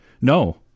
No